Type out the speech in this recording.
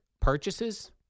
purchases